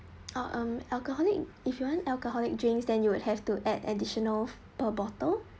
ah um alcoholic if you want alcoholic drinks than you would have to add additional per bottle